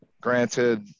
Granted